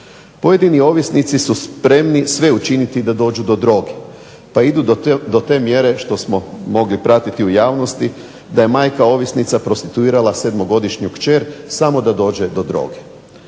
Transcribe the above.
Pojedini ovisnici su spremni sve učiniti da dođu do droge pa idu do te mjere što smo mogli pratiti u javnosti da je majka ovisnica prostituirala 7-godišnju kćer samo da dođe do droge.